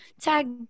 tag